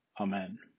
Amen